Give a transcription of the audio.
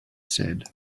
said